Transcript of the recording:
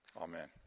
Amen